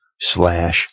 slash